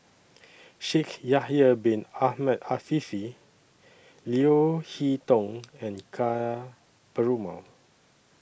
Shaikh Yahya Bin Ahmed Afifi Leo Hee Tong and Ka Perumal